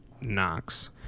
Knox